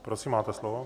Prosím, máte slovo.